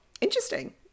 Interesting